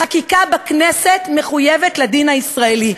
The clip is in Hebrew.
החקיקה בכנסת מחויבת לדין הישראלי,